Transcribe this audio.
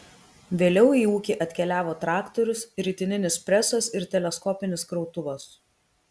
vėliau į ūkį atkeliavo traktorius ritininis presas ir teleskopinis krautuvas